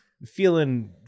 feeling